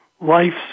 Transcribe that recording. life